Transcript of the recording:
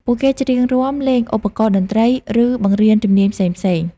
ពួកគេច្រៀងរាំ លេងឧបករណ៍តន្ត្រី ឬបង្រៀនជំនាញផ្សេងៗ។